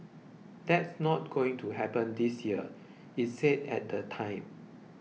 that's not going to happen this year it said at the time